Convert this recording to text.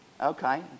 Okay